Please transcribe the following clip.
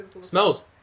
Smells